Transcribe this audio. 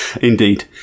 Indeed